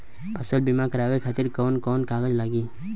फसल बीमा करावे खातिर कवन कवन कागज लगी?